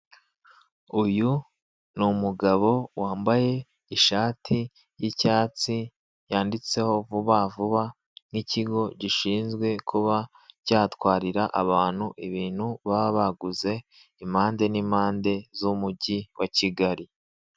Uyu ni umugabo wambaye ishati y'icyatsi yanditseho vuba vuba nk'ikigo gishinzwe kuba cyatwarira abantu ibintu baba baguze impande n'impande z'umujyi wa Kigali.